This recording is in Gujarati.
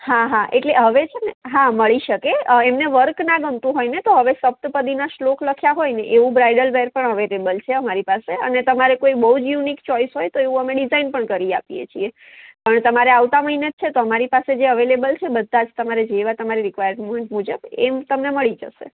હા હા એટલે હવે છે ને હા મળી શકે એમને વર્ક ના ગમતું હોય ને તો હવે સપ્તપદીના શ્લોક લખ્યાં હોયને એવું બ્રાઈડલ વેર પણ અવેલેબલ છે અમારી પાસે અને તમારે કંઈ બહુ જ યુનિક ચોઇસ હોય તો એવું અમે ડિઝાઇન પણ કરી આપીએ છીએ હવે તમારે આવતા મહિને જ છે તો અમારી પાસે જે અવેલેબલ છે બધાં જ તમારે જેવા તમારે રિક્વાયરમેન્ટ મુજબ એમ તમને મળી જશે